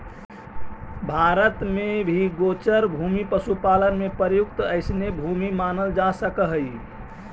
भारत में भी गोचर भूमि पशुपालन में प्रयुक्त अइसने भूमि मानल जा सकऽ हइ